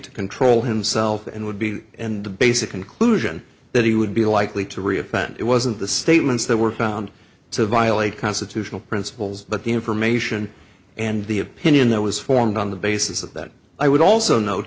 to control himself and would be and the basic conclusion that he would be likely to re offend it wasn't the statements that were found to violate constitutional principles but the information and the opinion that was formed on the basis of that i would also no